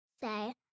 say